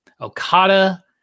Okada